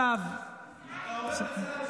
ונאור שירי,